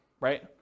right